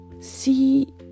see